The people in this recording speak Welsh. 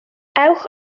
ewch